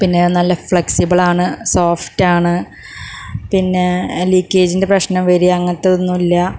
പിന്നെ നല്ല ഫ്ലെക്സിബിളാണ് സോഫ്റ്റാണ് പിന്നെ ലീക്കേജിൻ്റെ പ്രശ്നം വരിക അങ്ങനത്തെ ഒന്നും ഇല്ല